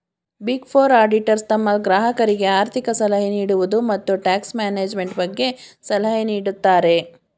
big four auditors ತಮ್ಮ ಗ್ರಾಹಕರಿಗೆ ಆರ್ಥಿಕ ಸಲಹೆ ನೀಡುವುದು, ಮತ್ತು ಟ್ಯಾಕ್ಸ್ ಮ್ಯಾನೇಜ್ಮೆಂಟ್ ಬಗ್ಗೆ ಸಲಹೆ ನೀಡುತ್ತಾರೆ